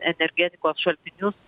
energetikos šaltinius